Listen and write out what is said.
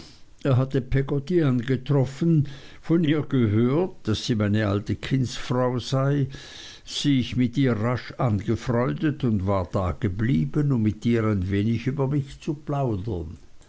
er hatte peggotty angetroffen von ihr gehört daß sie meine alte kindsfrau sei sich mit ihr rasch angefreundet und war dageblieben um mit ihr ein wenig über mich zu plaudern